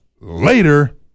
Later